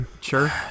Sure